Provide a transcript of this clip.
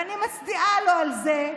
ואני מצדיעה לו על זה,